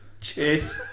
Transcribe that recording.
Cheers